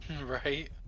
right